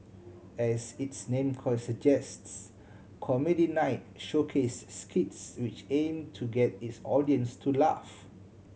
as its name suggests Comedy Night showcase skits which aim to get its audience to laugh